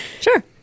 Sure